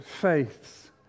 faiths